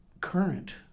current